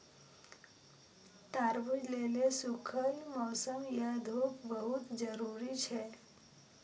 तरबूज लेल सूखल मौसम आ धूप बहुत जरूरी छै